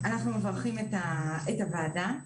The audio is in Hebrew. אנחנו מברכים את הוועדה.